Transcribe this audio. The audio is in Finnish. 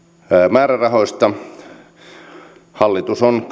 määrärahoista hallitus on